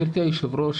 גבירתי היו"ר,